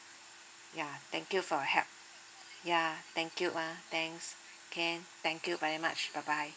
yeah thank you for your help yeah thank you ah thanks can thank you very much bye bye